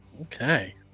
Okay